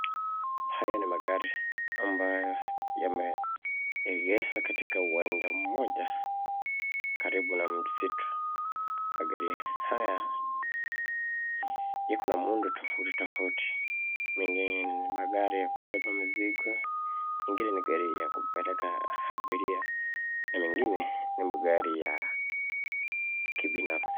Haya ni magari ambayo yameegeshwa katika uwanja mmoja karibu na msitu, magari haya yako na muundo tofauti tofauti, mengine ni magari ya kubeba mizigo ,ingine ni gari ya kupeleka abilia na mengine ni magari ya kibinafsi.